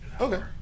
Okay